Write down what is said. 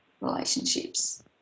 relationships